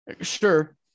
Sure